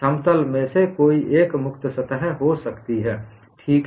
समतल में से कोई एक मुक्त सतह हो सकती है ठीक है